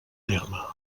terme